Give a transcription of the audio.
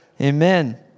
Amen